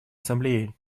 ассамблеи